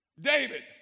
David